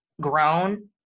grown